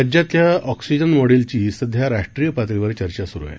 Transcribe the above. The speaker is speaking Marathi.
राज्यातल्या ऑक्सिजन मॉडेलची सध्या राष्ट्रीय पातळीवर चर्चा सुरू आहे